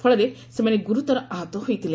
ଫଳରେ ସେମାନେ ଗୁରୁତର ଆହତ ହୋଇଥିଲେ